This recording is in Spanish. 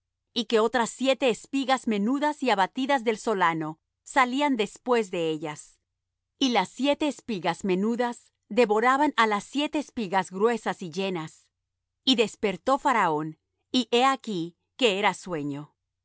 y que otras siete espigas menudas y abatidas del solano salían después de ellas y las siete espigas menudas devoraban á las siete espigas gruesas y llenas y despertó faraón y he aquí que era sueño